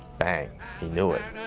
bang, he knew it.